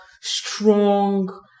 strong